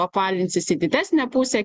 apvalinsis į didesnę pusę